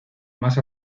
más